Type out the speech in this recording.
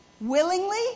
willingly